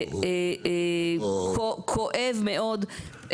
זה כואב מאוד פה,